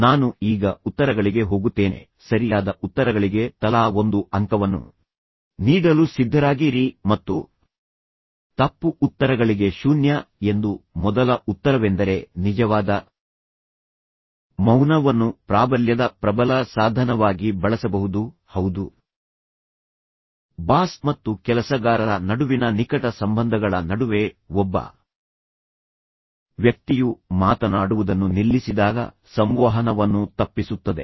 ನಾನು ಈಗ ಉತ್ತರಗಳಿಗೆ ಹೋಗುತ್ತೇನೆ ಸರಿಯಾದ ಉತ್ತರಗಳಿಗೆ ತಲಾ ಒಂದು ಅಂಕವನ್ನು ನೀಡಲು ಸಿದ್ಧರಾಗಿರಿ ಮತ್ತು ತಪ್ಪು ಉತ್ತರಗಳಿಗೆ ಶೂನ್ಯ ಎಂದು ಮೊದಲ ಉತ್ತರವೆಂದರೆ ನಿಜವಾದ ಮೌನವನ್ನು ಪ್ರಾಬಲ್ಯದ ಪ್ರಬಲ ಸಾಧನವಾಗಿ ಬಳಸಬಹುದು ಹೌದು ಬಾಸ್ ಮತ್ತು ಕೆಲಸಗಾರರ ನಡುವಿನ ನಿಕಟ ಸಂಬಂಧಗಳ ನಡುವೆ ಒಬ್ಬ ವ್ಯಕ್ತಿಯು ಮಾತನಾಡುವುದನ್ನು ನಿಲ್ಲಿಸಿದಾಗ ಸಂವಹನವನ್ನು ತಪ್ಪಿಸುತ್ತದೆ